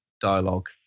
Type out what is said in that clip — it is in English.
dialogue